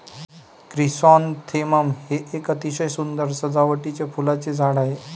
chrysanthemum हे एक अतिशय सुंदर सजावटीचे फुलांचे झाड आहे